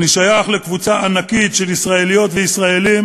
אני שייך לקבוצה ענקית של ישראליות וישראלים